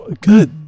good